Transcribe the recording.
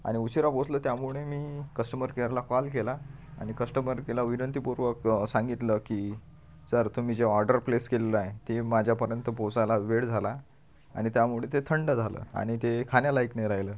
आणि उशिरा पोचलं त्यामुळे मी कस्टमर केअरला कॉल केला आणि कस्टमर केला विनंतीपूर्वक सांगितलं की सर तुम्ही जे ऑर्डर प्लेस केलेलं आहे ते माझ्यापर्यंत पोचायला वेळ झाला आणि त्यामुळे ते थंड झालं आणि ते खाण्यालायक नाही राहिलं